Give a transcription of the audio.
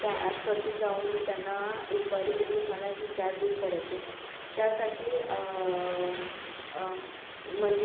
त्या अॅप्सवरती जाऊन मी त्यांना इन्क्वायरी केली की मला ही कॅब बुक करायची आहे त्यासाठी म्हणजे